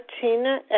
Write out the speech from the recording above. Tina